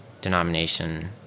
denomination